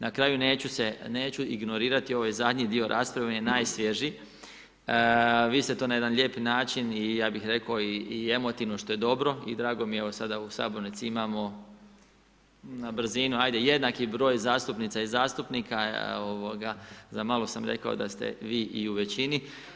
Na kraju neću se, neću ignorirati ovaj zadnji dio rasprave, on je najsvježija, vi ste to na jedan lijepi način i ja bih rekao i emotivno što je dobro, i drago mi je evo sada u sabornici imamo, na brzinu jednaki broj zastupnica i zastupnika, zamalo sam rekao da ste vi i u većini.